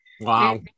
Wow